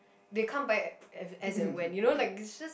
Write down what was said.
they come by as and when you know like it's just